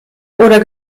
oder